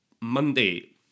Monday